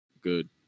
good